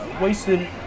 wasted